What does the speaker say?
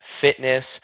fitness